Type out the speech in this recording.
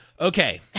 Okay